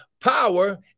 Power